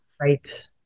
Right